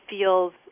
feels